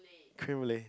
creme brulee